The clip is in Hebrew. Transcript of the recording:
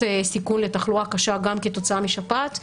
סיכון לתחלואה קשה גם כתוצאה משפעת,